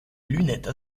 lunette